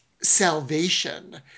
salvation